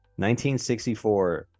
1964